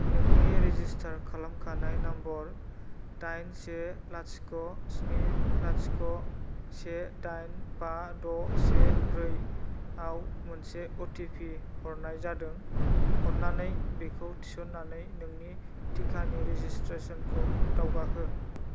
नोंनि रेजिस्टार खालामखानाय नाम्बार दाइन से लाथिख' स्नि लाथिख' से दाइन बा द' से ब्रैआव मोनसे अटिपि हरनाय जादों अननानै बेखौ थिसननानै नोंनि टिकानि रेजिसट्रेसनखौ दावगाहो